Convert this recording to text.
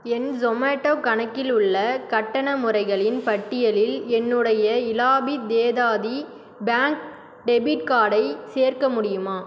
என் Zomato கணக்கில் உள்ள கட்டண முறைகளின் பட்டியலில் என்னுடைய இலாபி தேதாதி பேங்க் டெபிட் கார்டை சேர்க்க முடியுமா